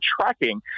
tracking